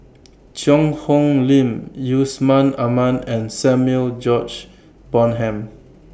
Cheang Hong Lim Yusman Aman and Samuel George Bonham